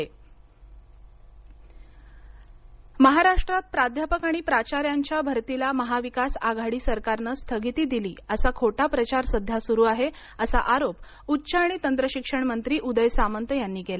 प्राध्यापक भरती महाराष्ट्रात प्राध्यापक आणि प्राचार्यांच्या भरतीला महाविकास आघाडी सरकारनं स्थगिती दिली असा खोटा प्रचार सध्या सुरू आहे असा आरोप उच्च आणि तंत्रशिक्षण मंत्री उदय सामंत यांनी केला